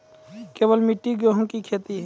केवल मिट्टी गेहूँ की खेती?